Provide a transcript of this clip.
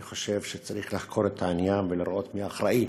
אני חושב שצריך לחקור את העניין ולראות מי אחראי